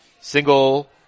single